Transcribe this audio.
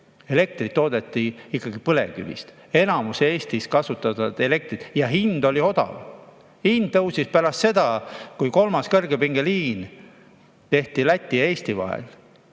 elektrit ikkagi põlevkivist, enamus Eestist kasutas [seda] elektrit ja hind oli [madal]. Hind tõusis pärast seda, kui kolmas kõrgepingeliin tehti Läti ja Eesti vahele.